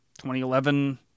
2011